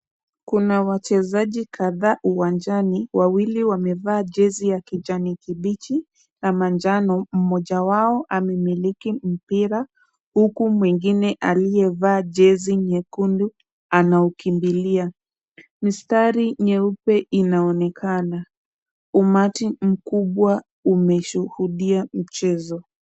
Kuna wachezaji kadhaa uwanjani; wawili wamevaa jezi ya kijani kibichi na manjano, mmoja wao amimiliki mpira, huku mwingine aliyevaa jezi nyekundu anaukimbilia. Mistari nyeupe inaonekana. Umati mkubwa umeshuhudia mchezo.